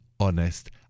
honest